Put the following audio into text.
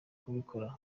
kubikora